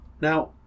Now